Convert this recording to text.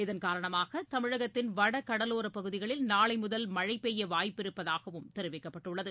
இதன் காரணமாக தமிழகத்தின் வட கடலோர பகுதிகளில் நாளைமுதல் மழை பெய்ய வாய்ப்பு இருப்பதாகவும் தெரிவிக்கப்பட்டுள்ளது